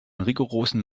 rigorosen